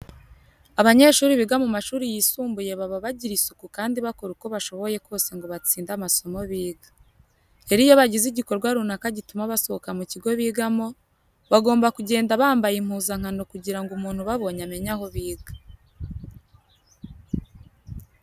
Abanyeshuri biga mu mashuri yisumbuye baba bagira isuku kandi bakora uko bashoboye kose ngo batsinde amasomo biga. Rero iyo bagize igikorwa runaka gituma basohoka mu kigo bigamo, bagomba kugenda bambaye impuzankano kugira ngo umuntu ubabonye amenye aho biga.